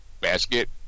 basket